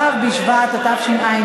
ו' בשבט התשע"ד,